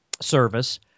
service